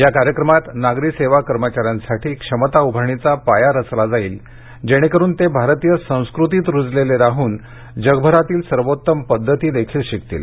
या कार्यक्रमात नागरी सेवा कर्मचाऱ्यांसाठी क्षमता उभारणीचा पाया रचला जाईल जेणेकरुन ते भारतीय संस्कृतीत रुजलेले राहून जगभरातील सर्वोत्तम पद्धती देखील शिकतील